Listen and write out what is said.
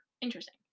interesting